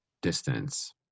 distance